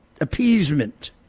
appeasement